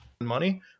money